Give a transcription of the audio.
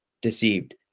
deceived